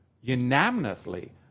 unanimously